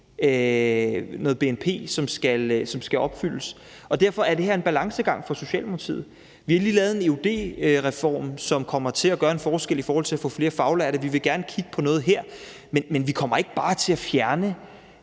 andet bnp, som skal opfyldes. Derfor er det her er en balancegang for Socialdemokratiet. Vi har lige lavet en eud-reform, som kommer til at gøre en forskel i forhold til at få flere faglærte. Vi vil gerne kigge på noget her, men vi kommer ikke bare til at fjerne